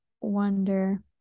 wonder